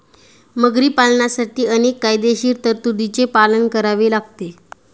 मगरी पालनासाठी अनेक कायदेशीर तरतुदींचे पालन करावे लागते